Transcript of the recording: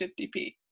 50p